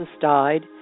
died